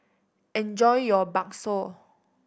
enjoy your bakso